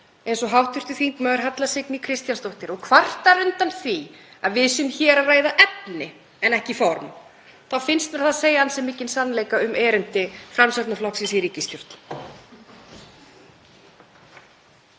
eins og hv. þm. Halla Signý Kristjánsdóttir, og kvarta undan því að við séum að ræða efni en ekki form þá finnst mér það segja ansi mikinn sannleika um erindi Framsóknarflokksins í ríkisstjórn.